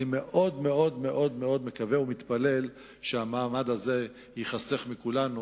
אני מאוד מאוד מאוד מאוד מקווה ומתפלל שהמעמד הזה ייחסך מכולנו